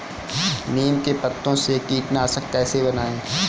नीम के पत्तों से कीटनाशक कैसे बनाएँ?